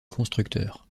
constructeur